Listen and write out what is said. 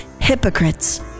hypocrites